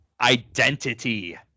identity